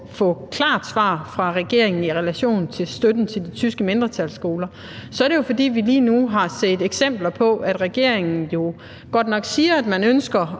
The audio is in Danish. få klart svar fra regeringen i relation til støtten til de tyske mindretalsskoler, så er det jo, fordi vi lige har set eksempler på, at regeringen jo godt nok siger, at man ønsker